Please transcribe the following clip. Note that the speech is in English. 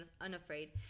unafraid